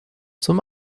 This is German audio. zum